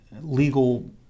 legal